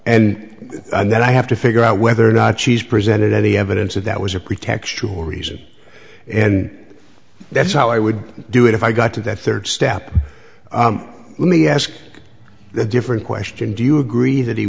and then i have to figure out whether or not she's presented any evidence of that was a pretextual reason and that's how i would do it if i got to that third step let me ask the different question do you agree that he